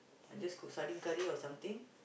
I just cook sardine curry or something